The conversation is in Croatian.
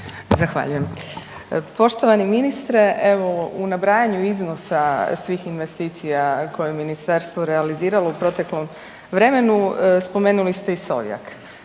Zahvaljujem. Poštovani ministre. Evo u nabrajanju iznosa svih investicija koje je ministarstvo realiziralo u proteklom vremenu, spomenuli ste i Sovjak.